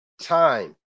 time